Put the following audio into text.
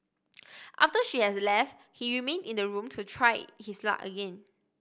after she had left he remained in the room to try his luck again